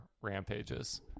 rampages